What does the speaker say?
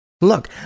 Look